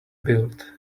build